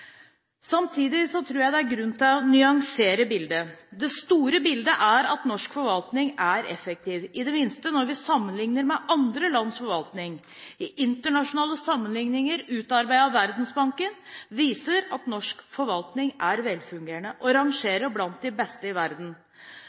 Samtidig tror jeg det er grunn til å nyansere bildet. Det store bildet er at norsk forvaltning er effektiv – i det minste når vi sammenlikner den med andre lands forvaltning. Internasjonale sammenlikninger, utarbeidet av Verdensbanken, viser at norsk forvaltning er velfungerende og rangeres blant de beste i verden.